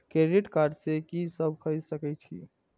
Credit card से की सब खरीद सकें छी?